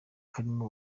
karimo